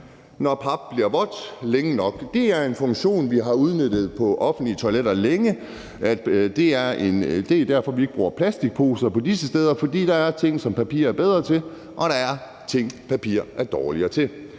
når pappet er vådt længe nok. Det er en funktion, vi længe har udnyttet på offentlige toiletter. Det er derfor, vi ikke bruger plastikposer disse steder, for der er ting, som papir er bedre til, og der er ting, papir er dårligere til.